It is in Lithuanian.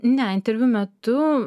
ne interviu metu